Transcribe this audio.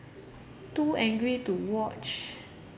too angry to watch